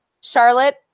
Charlotte